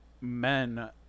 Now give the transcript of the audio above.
men